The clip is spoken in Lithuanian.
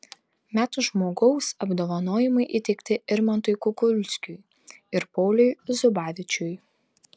metų žmogaus apdovanojimai įteikti irmantui kukulskiui ir pauliui zubavičiui